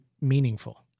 meaningful